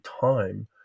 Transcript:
time